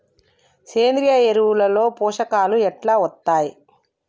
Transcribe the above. సేంద్రీయ ఎరువుల లో పోషకాలు ఎట్లా వత్తయ్?